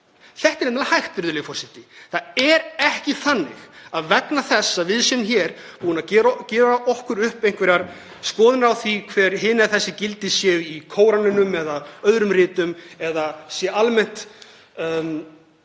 Þetta er nefnilega hægt, virðulegi forseti. Það er ekki þannig að vegna þess að við erum búin að mynda okkur einhverjar skoðanir á því hver hin eða þessi gildi séu í Kóraninum eða öðrum ritum eða almennt